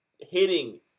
hitting